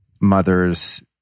mothers